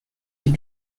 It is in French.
ils